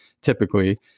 typically